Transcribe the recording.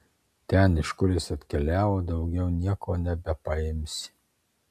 ten iš kur jis atkeliavo daugiau nieko nebepaimsi